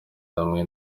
hamwe